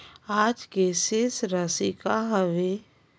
आज के शेष राशि का हवे?